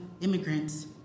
immigrants